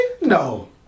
No